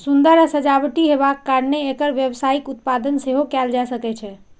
सुंदर आ सजावटी हेबाक कारणें एकर व्यावसायिक उत्पादन सेहो कैल जा सकै छै